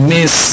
Miss